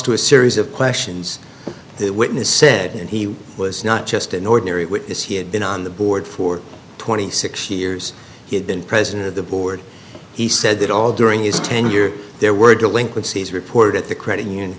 to a series of questions that witness said he was not just an ordinary witness he had been on the board for twenty six years he had been president of the board he said that all during his tenure there were delinquencies reported at the credit union